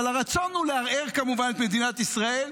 אבל הרצון הוא כמובן לערער את מדינת ישראל.